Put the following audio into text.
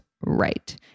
right